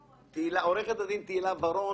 עורכת הדין תהילה ורון